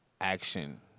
Action